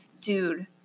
dude